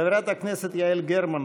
חברת הכנסת יעל גרמן,